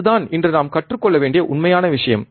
அதுதான் இன்று நாம் கற்றுக்கொள்ள வேண்டிய உண்மையான விஷயம்